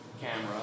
camera